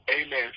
Amen